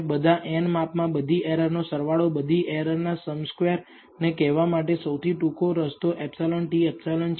બધા n માપમા બધી એરરનો સરવાળો બધી એરર નો સમ સ્ક્વેર્ ને કહેવા માટે સૌથી ટૂંકો રસ્તો εT ε છે